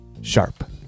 Sharp